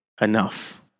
enough